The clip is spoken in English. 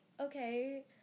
okay